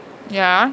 ya